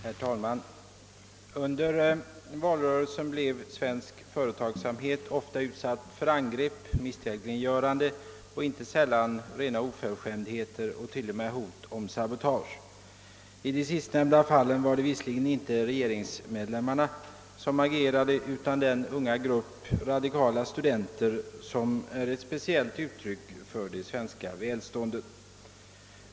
Herr talman! Under valrörelsen blev svensk företagsamhet ofta utsatt för angrepp, misstänkliggörande och inte sällan rena oförskämdheter — ja, t.o.m. hot om sabotage. I de sistnämnda fallen var det dock inte regeringsmedlemmarna som agerade utan den unga grupp radikala studenter som är ett speciellt uttryck för det svenska välståndet.